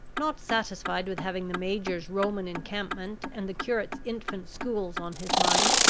not satisfied with having the major's roman encampment and the curate's infant schools on his mind,